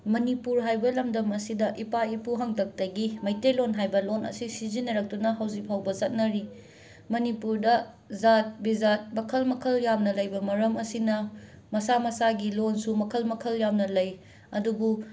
ꯃꯅꯤꯄꯨꯔ ꯍꯥꯏꯕ ꯂꯝꯗꯝ ꯑꯁꯤꯗ ꯏꯄꯥ ꯏꯄꯨ ꯍꯥꯛꯇꯛꯇꯒꯤ ꯃꯩꯇꯩ ꯂꯣꯟ ꯍꯥꯏꯕ ꯂꯣꯟ ꯑꯁꯤ ꯁꯤꯖꯤꯟꯅꯔꯛꯇꯨꯅ ꯍꯧꯖꯤꯛꯐꯥꯎꯕ ꯆꯠꯅꯔꯤ ꯃꯅꯤꯄꯨꯔꯗ ꯖꯥꯠ ꯕꯤꯖꯥꯠ ꯃꯈꯜ ꯃꯈꯜ ꯌꯥꯝꯅ ꯂꯩꯕ ꯃꯔꯝ ꯑꯁꯤꯅ ꯃꯁꯥ ꯃꯁꯥꯒꯤ ꯂꯣꯜꯁꯨ ꯃꯈꯜ ꯃꯈꯜ ꯌꯥꯝꯅ ꯂꯩ ꯑꯗꯨꯕꯨ